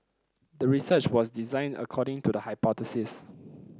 the research was designed according to the hypothesis